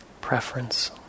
preference